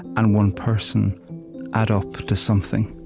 and one person add up to something.